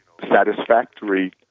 satisfactory